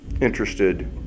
interested